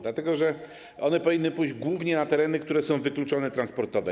Dlatego że one powinny pójść głównie na tereny, które są wykluczone transportowo.